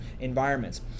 environments